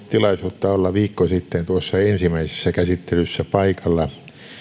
tilaisuutta olla viikko sitten tuossa ensimmäisessä käsittelyssä paikalla